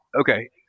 Okay